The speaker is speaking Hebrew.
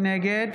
נגד